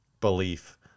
belief